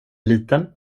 liten